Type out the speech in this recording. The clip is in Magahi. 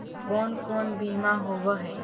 कोन कोन बिमा होवय है?